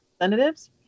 representatives